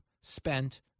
spent